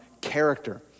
character